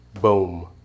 boom